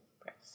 press